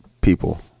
people